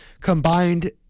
combined